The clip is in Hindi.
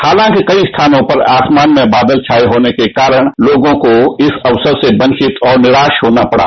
हालांकि कई स्थानों पर आसमान में बादल छाये होने के कारण लोगों को इस अवसर से वंचित और निराश होना पड़ा